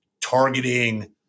targeting